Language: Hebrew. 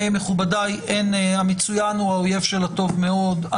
מכובדיי, המצוין הוא האויב של הטוב מאוד.